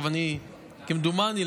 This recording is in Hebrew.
כמדומני,